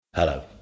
Hello